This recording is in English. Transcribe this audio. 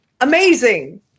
Amazing